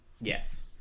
yes